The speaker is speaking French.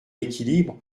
équilibre